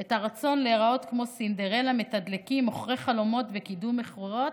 את הרצון להיראות כמו סינדרלה מתדלקים מוכרי חלומות וקידום מכירות,